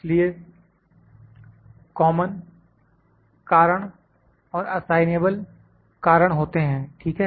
इसलिए कॉमन कारण और असाइनेबल कारण होते हैं ठीक है